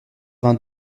vingt